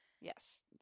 Yes